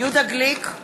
יהודה גליק,